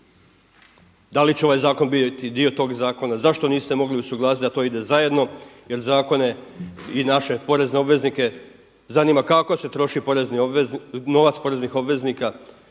Da li će ovaj zakon biti dio tog zakona, zašto niste mogli usuglasiti da to ide zajedno jer zakone i naše porezne obveznike zanima kako se troši novac poreznih obveznika